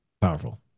powerful